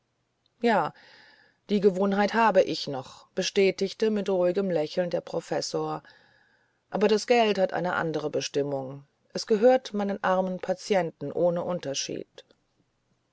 ja die gewohnheit habe ich noch bestätigte mit ruhigem lächeln der professor aber das geld hat eine andere bestimmung es gehört meinen armen patienten ohne unterschied